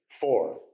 four